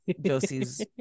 Josie's